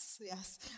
yes